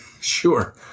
Sure